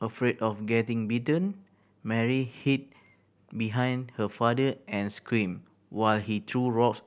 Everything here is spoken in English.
afraid of getting bitten Mary hid behind her father and screamed while he threw rocks